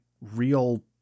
real